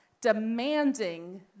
demanding